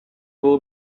было